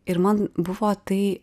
ir man buvo tai